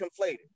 conflated